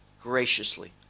graciously